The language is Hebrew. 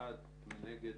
מי נגד?